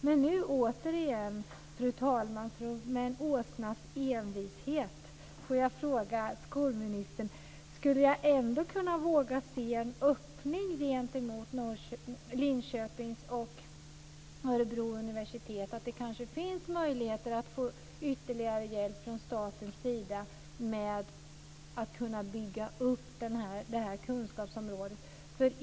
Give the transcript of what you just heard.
Men återigen, fru talman, vill jag med en åsnas envishet fråga skolministern om jag ändå kan våga se en öppning gentemot Linköpings och Örebro universitet, så att det kanske finns möjligheter att få ytterligare hjälp från statens sida med att bygga upp detta kunskapsområdet.